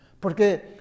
porque